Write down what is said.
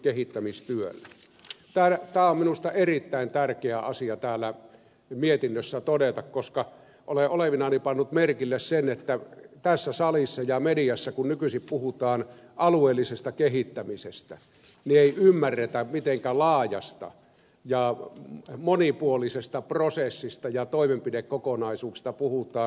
tämä on minusta erittäin tärkeä asia täällä mietinnössä todeta koska olen olevinani pannut merkille sen että kun tässä salissa ja mediassa nykyisin puhutaan alueellisesta kehittämisestä niin ei ymmärretä mitenkä laajasta ja monipuolisesta prosessista ja toimenpidekokonaisuuksista puhutaan